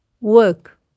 work